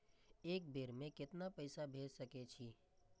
एक बेर में केतना पैसा भेज सके छी?